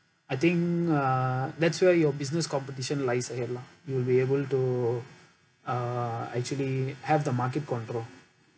I think uh that's where your business competition lies ahead lah you will be able to uh actually have the market control uh